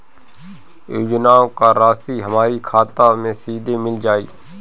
योजनाओं का राशि हमारी खाता मे सीधा मिल जाई?